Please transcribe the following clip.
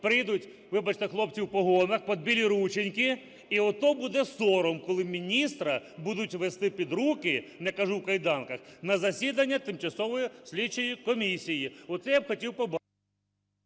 Прийдуть, вибачте, хлопці в погонах, під білі рученьки – і ото буде сором, коли міністра будуть вести під руки (не кажу, у кайданках) на засідання тимчасової слідчої комісії. Оце я б хотів побачити…